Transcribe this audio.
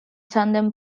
tandem